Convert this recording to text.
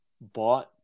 bought